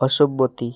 অসম্মতি